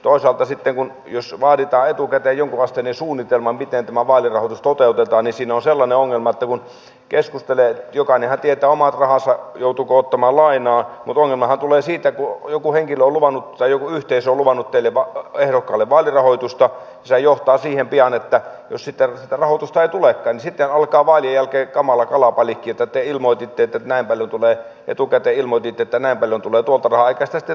toisaalta sitten jos vaaditaan etukäteen jonkunasteinen suunnitelma miten tämä vaalirahoitus toteutetaan niin jokainen tietää omat rahansa joutuuko ottamaan lainaa mutta ongelmahan tulee siitä kun joku henkilö tai joku yhteisö on luvannut näille ehdokkaille vaalirahoitusta niin se johtaa pian siihen että jos sitten sitä rahoitusta ei tulekaan niin sitten alkaa vaalien jälkeen kamala kalabaliikki että te etukäteen ilmoititte että näin paljon tulee tuolta rahaa eikä sitä sitten tullutkaan